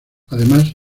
además